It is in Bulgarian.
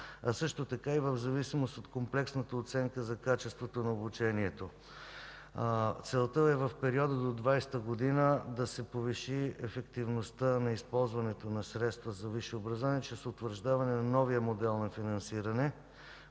а също така и в зависимост от комплексната оценка за качеството на обучението. Целта е в периода до 2020 г. да се повиши ефективността на използването на средства за висше образование чрез утвърждаване на новия модел на финансиране,